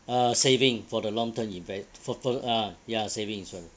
uh saving for the long term inve~ for for ah ya saving insurance